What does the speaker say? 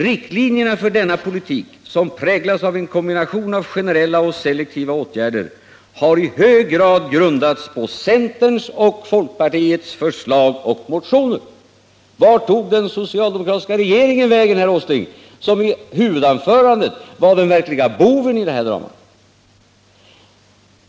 Riktlinjerna för denna politik, som präglas av en kombination av generella och selektiva åtgärder, har i hög grad grundats på centerns och folkpartiets förslag och motioner.” Vart tog den socialdemokratiska regeringen vägen, herr Åsling? Det var ju den socialdemokratiska regeringen som i herr Åslings huvudanförande var den verkliga boven i det här dramat!